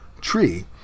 tree